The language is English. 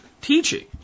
Teaching